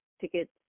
tickets